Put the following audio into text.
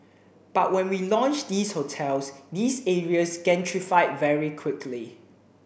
but when we launched these hotels these areas gentrified very quickly